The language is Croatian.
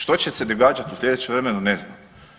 Što će se događat u slijedećem vremenu ne znam.